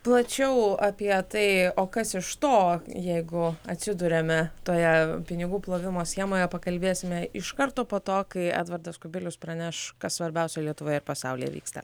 plačiau apie tai o kas iš to jeigu atsiduriame toje pinigų plovimo schemoje pakalbėsime iš karto po to kai edvardas kubilius praneš kas svarbiausia lietuvoje ir pasaulyje vyksta